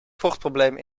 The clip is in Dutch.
vochtprobleem